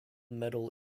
medal